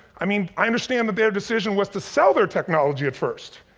i mean i understand that their decision was to sell their technology at first.